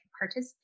participate